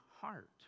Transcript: heart